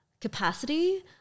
capacity –